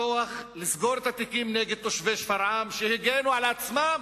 לסגור את התיקים נגד תושבי שפרעם, שהגנו על עצמם,